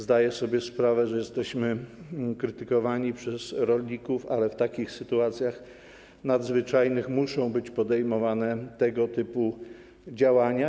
Zdaję sobie sprawę, że jesteśmy krytykowani przez rolników, ale w sytuacjach nadzwyczajnych muszą być podejmowane tego typu działania.